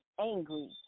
angry